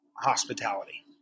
hospitality